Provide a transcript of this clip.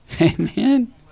Amen